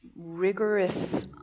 rigorous